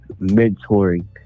mentoring